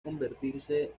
convertirse